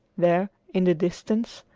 there in the distance,